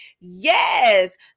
Yes